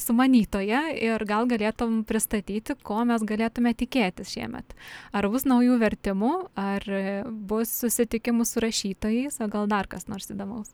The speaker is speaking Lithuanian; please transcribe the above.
sumanytoja ir gal galėtum pristatyti ko mes galėtume tikėtis šiemet ar bus naujų vertimų ar bus susitikimų su rašytojais o gal dar kas nors įdomaus